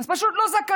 אז פשוט הם לא זכאים.